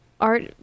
art